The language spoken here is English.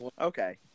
Okay